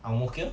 ang mo kio